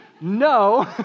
No